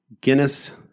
Guinness